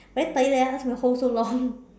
very tired ask me to hold so long